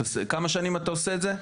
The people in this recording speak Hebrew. כמה שנים אתה עושה את זה?